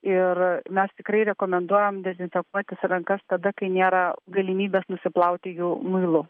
ir mes tikrai rekomenduojam dezinfekuoti rankas tada kai nėra galimybės nusiplauti jų muilu